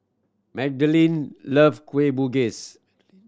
Magdalen loves Kueh Bugis